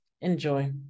Enjoy